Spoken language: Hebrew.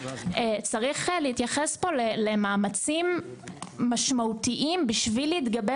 צריך להתייחס פה למאמצים משמעותיים בשביל להתגבר